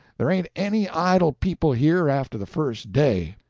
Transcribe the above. there ain't any idle people here after the first day.